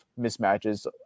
mismatches